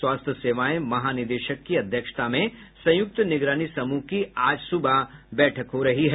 स्वास्थ्य सेवाएं महानिदेशक की अध्यक्षता में संयुक्त निगरानी समूह की आज सुबह बैठक हो रही है